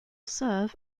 serve